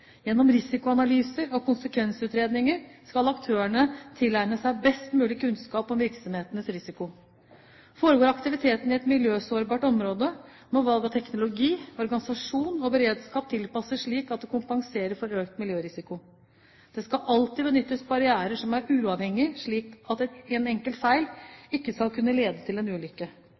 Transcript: Gjennom risikoanalyser og konsekvensutredninger skal aktørene tilegne seg best mulig kunnskap om virksomhetens risiko. Foregår aktiviteten i et miljøsårbart område, må valg av teknologi, organisasjon og beredskap tilpasses slik at det kompenserer for økt miljørisiko. Det skal alltid benyttes barrierer som er uavhengige, slik at en enkelt feil ikke skal kunne lede til en ulykke.